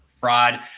fraud